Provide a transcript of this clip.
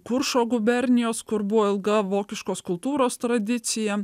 kuršo gubernijos kur buvo ilga vokiškos kultūros tradicija